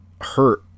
hurt